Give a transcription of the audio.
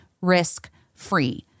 risk-free